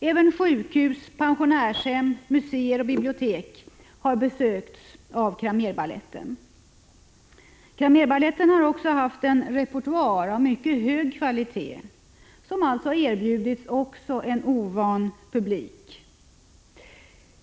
Även sjukhus, pensionärshem, museer och bibliotek har besökts av Cramérbaletten. Baletten har haft en repertoar av mycket hög kvalitet som alltså erbjudits även den ovana publiken.